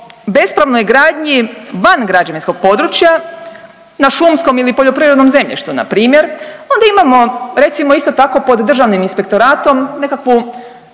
bespravnoj gradnji van građevinskog područja na šumskom ili poljoprivrednom zemljištu npr., onda imamo recimo isto tako pod Državnim inspektoratom nekakvu